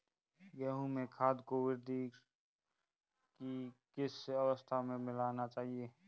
गेहूँ में खाद को वृद्धि की किस अवस्था में मिलाना चाहिए?